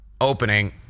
opening